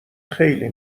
خیلی